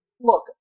look